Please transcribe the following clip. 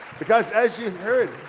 because as you heard,